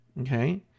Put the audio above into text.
Okay